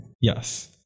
Yes